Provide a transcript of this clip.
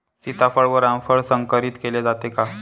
सीताफळ व रामफळ संकरित केले जाते का?